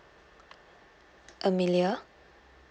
amelia